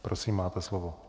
Prosím, máte slovo.